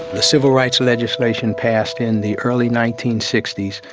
the civil rights legislation passed in the early nineteen sixty s.